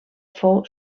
fou